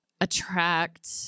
attract